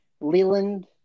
Leland